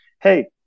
Hey